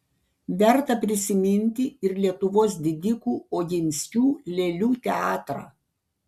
verta prisiminti ir lietuvos didikų oginskių lėlių teatrą